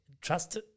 trust